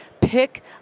pick